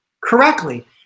correctly